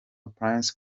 prince